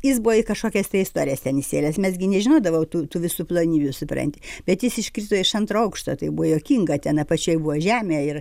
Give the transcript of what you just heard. jis buvo į kažkokias tai istorijas ten įsivėlęs mes gi nežinodavom tų tų visų plonybių supranti bet jis iškrito iš antro aukšto tai buvo juokinga ten apačioj buvo žemė ir